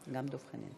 חברי חברי הכנסת,